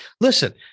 Listen